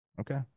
Okay